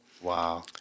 Wow